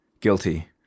Guilty